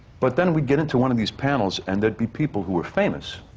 but then we'd get into one of these panels and there'd be people who were famous,